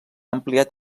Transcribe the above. ampliat